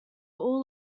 all